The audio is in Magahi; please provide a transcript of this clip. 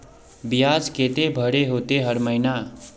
बियाज केते भरे होते हर महीना?